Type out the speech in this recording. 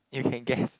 you can guess